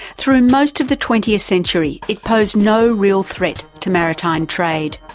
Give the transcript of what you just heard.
through most of the twentieth century it posed no real threat to maritime trade,